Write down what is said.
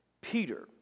Peter